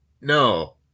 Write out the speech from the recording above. No